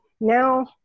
now